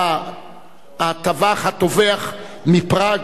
הטבח-הטובח מפראג,